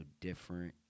different